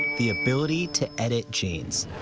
the ability to edit genes!